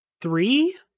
three